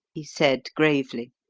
he said gravely.